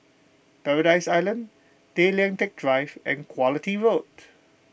Paradise Island Tay Lian Teck Drive and Quality Road